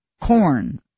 corn